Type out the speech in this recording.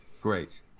great